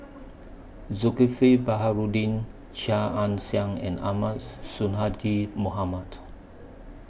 Zulkifli Baharudin Chia Ann Siang and Ahmad Son Sonhadji Mohamad